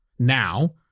Now